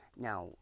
Now